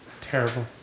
Terrible